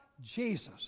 Jesus